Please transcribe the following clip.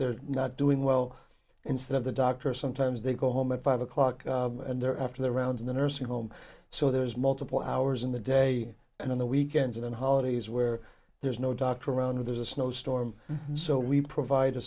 they're not doing well instead of the doctor sometimes they go home at five o'clock and they're after the round in the nursing home so there's multiple hours in the day and on the weekends and holidays where there's no doctor around or there's a snowstorm so we provide a